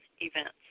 events